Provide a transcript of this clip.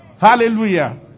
Hallelujah